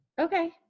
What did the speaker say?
Okay